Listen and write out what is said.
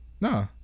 Nah